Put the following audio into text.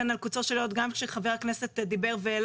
לא עמדתי כאן על קוצו של יוד גם כשחבר הכנסת דיבר והעלה